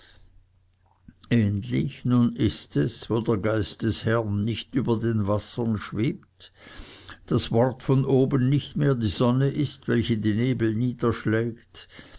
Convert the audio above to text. ähnlich nun ist es wo der geist des herrn nicht über den wassern schwebt das wort von oben nicht mehr die sonne ist welche die nebel niederschlägt